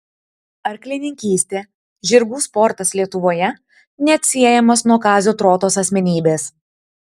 arklininkystė žirgų sportas lietuvoje neatsiejamas nuo kazio trotos asmenybės